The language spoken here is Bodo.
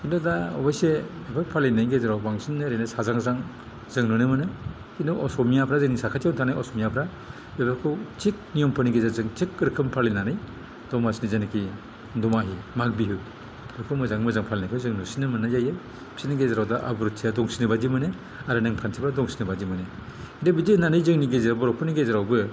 किन्तु दा अबसयस्से बेफोर फालिनायनि गेजेराव बांसिन ओरैनो साज्रां जां जों नुनो मोनो किन्तु असमियाफ्रा जोंनि साखाथियाव थानाय असमियाफ्रा बेफोरखौ थिक नियमफोरनि गेजेरजों थिक रोखोम फालिनानै दमासिनि जायनाकि दमाहि माग बिहु बेफोरखौ मोजां मोजां फालिनायखौ जों नुसिननो मोननाय जायो बिसोरनि गेजेराव दा आब्रुथिया दंसिनो बायदि मोनो आरो नेमखान्थिफोरा दंसिनो बायदि मोनो बे बिदि होननानै जोंनि गेजेराव बर'फोरनि गेजेरावबो